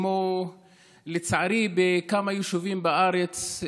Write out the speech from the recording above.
כמו לצערי בכמה יישובים בארץ,